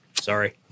Sorry